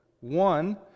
one